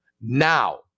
now